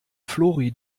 flori